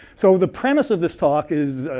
so the premise of this talk is